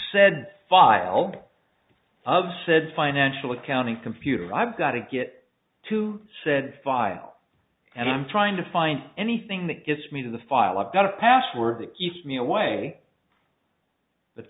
said file of said financial accounting computer i've got to get to said file and i'm trying to find anything that gets me to the file i've got a password to keep me away